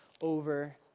over